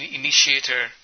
initiator